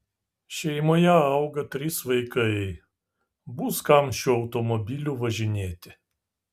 šeimoje auga trys vaikai bus kam šiuo automobiliu važinėti